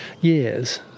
years